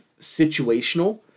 situational